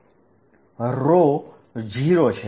જ્યાં મોટા ભાગના પ્રદેશોમાં આ બંને વીજભાર ઓવરલેપ થશે